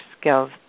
skills